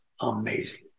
amazing